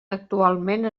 actualment